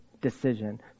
decision